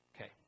Okay